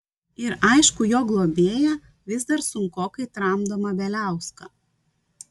ir aišku jo globėją vis dar sunkokai tramdomą bieliauską